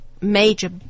major